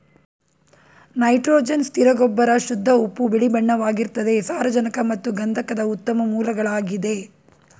nitrogen ಸ್ಥಿರ ಗೊಬ್ಬರ ಶುದ್ಧ ಉಪ್ಪು ಬಿಳಿಬಣ್ಣವಾಗಿರ್ತದೆ ಸಾರಜನಕ ಮತ್ತು ಗಂಧಕದ ಉತ್ತಮ ಮೂಲಗಳಾಗಿದೆ